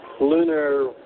lunar